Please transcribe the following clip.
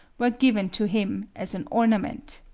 were given to him as an ornament.